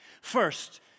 First